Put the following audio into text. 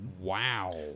Wow